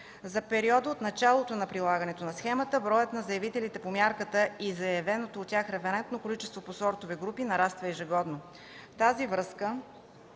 За периода от началото на прилагането на схемата броят на заявителите по мярката и заявеното от тях референтно количество по сортови групи нараства ежегодно. В тази връзка,